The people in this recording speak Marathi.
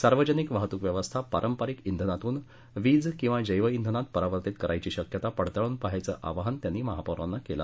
सार्वजनिक वाहतूक व्यवस्था पारंपारिक इंधनातून वीज किंवा जैवइंधनात परावर्तित करण्याची शक्यता पडताळून पहायचं आवाहन त्यांनी महापौरांना केलं